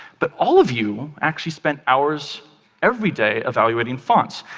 but all of you actually spend hours every day, evaluating fonts.